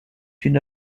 une